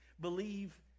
believe